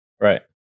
Right